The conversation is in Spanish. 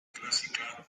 clásica